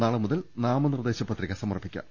നാളെ മുതൽ നാമനിർദേശ പത്രിക സമർപ്പിക്കാം